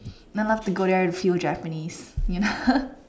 then I love to go there to feel Japanese you know